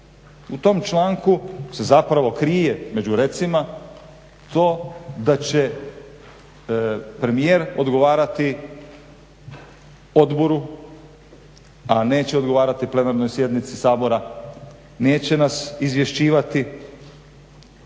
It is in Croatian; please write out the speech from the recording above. U tom članku se zapravo krije među recima to da će premijer odgovarati odboru, a neće odgovarati plenarnoj sjednici Sabora, neće nas izvješćivati,